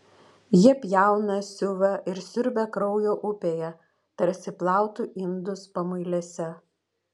jie pjauna siuva ir siurbia kraujo upėje tarsi plautų indus pamuilėse